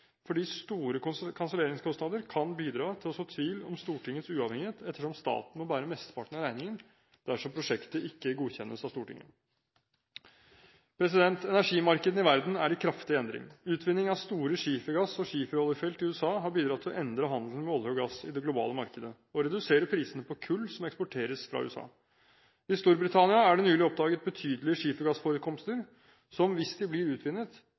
fordi store kanselleringskostnader kan bidra til å så tvil om Stortingets uavhengighet, ettersom staten må bære mesteparten av regningen dersom prosjektet ikke godkjennes av Stortinget. Energimarkedene i verden er i kraftig endring. Utvinning av store skifergass- og skiferoljefelt i USA har bidratt til å endre handelen med olje og gass i det globale markedet og redusere prisene på kull som eksporteres fra USA. I Storbritannia er det nylig oppdaget betydelige skifergassforekomster som, hvis de blir utvinnet,